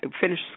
finish